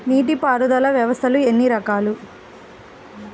నీటిపారుదల వ్యవస్థలు ఎన్ని రకాలు?